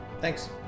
Thanks